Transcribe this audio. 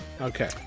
Okay